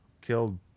killed